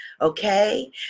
okay